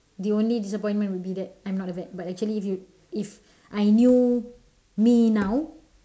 the only disappointment would be that I'm not the vet but actually if you if I knew me now